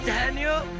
Daniel